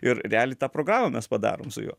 ir realiai tą programą mes padarom su juo